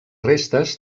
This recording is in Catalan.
restes